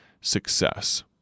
success